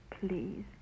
Please